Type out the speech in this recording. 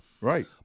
Right